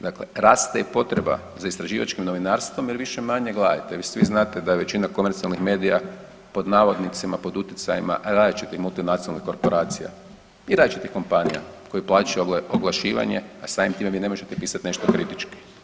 Dakle, raste i potreba za istraživačkim novinarstvom, jer više-manje gledajte, vi svi znate da je većina komercijalnih medija po navodnicima, pod uticajima različitih multinacionalnih korporacija i različitih kompanija koje plaćanja oglašivanje i samim time vi ne možete pisati nešto kritički.